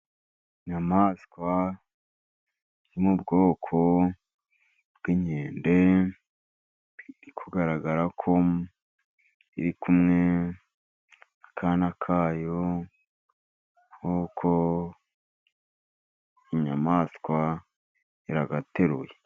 Inyamaswa yo mu bwoko bw'inkende biri kugaragara ko iri kumwe n'akana ka yo, kuko inyamaswa iragateruye.